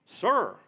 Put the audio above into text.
Sir